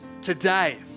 today